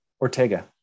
Ortega